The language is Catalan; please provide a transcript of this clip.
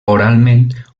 oralment